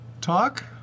talk